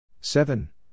Seven